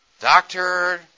doctor